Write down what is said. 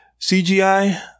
CGI